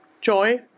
joy